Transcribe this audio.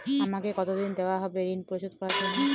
আমাকে কতদিন দেওয়া হবে ৠণ পরিশোধ করার জন্য?